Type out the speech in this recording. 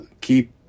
keep